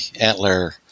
antler